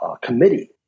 committee